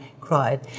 cried